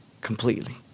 completely